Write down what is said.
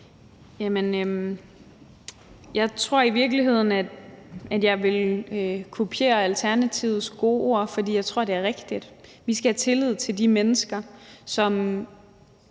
Jeg tror i virkeligheden, at jeg vil kopiere Alternativets gode ord, for jeg tror, det er rigtigt: Vi skal have tillid til de mennesker, som